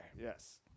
Yes